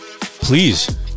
Please